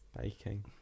baking